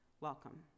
Welcome